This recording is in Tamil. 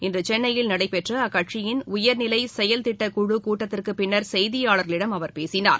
இன்று சென்னையில் நடைபெற்ற அக்கட்சியின் உயர்நிலை செயல் திட்ட குழு கூட்டத்திற்கு பின்னர் செய்தியாளர்களிடம் அவர் பேசினார்